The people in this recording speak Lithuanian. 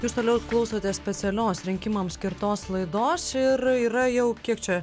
jūs toliau klausotės specialios rinkimam skirtos laidos ir yra jau kiek čia